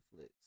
netflix